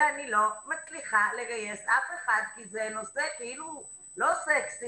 ואני לא מצליחה לגייס אף אחד כי זה נושא כאילו לא סקסי,